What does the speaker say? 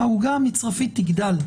שהעוגה המצרפית תגדל.